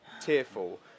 tearful